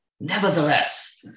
Nevertheless